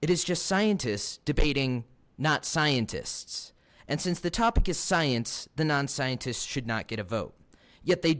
it is just scientists debating not scientists and since the topic is science the non scientists should not get a vote yet they